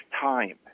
time